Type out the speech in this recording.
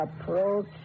Approach